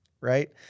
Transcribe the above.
Right